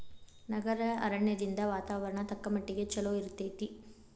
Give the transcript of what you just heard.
ನಗರ ಅರಣ್ಯದಿಂದ ವಾತಾವರಣ ತಕ್ಕಮಟ್ಟಿಗೆ ಚಲೋ ಇರ್ತೈತಿ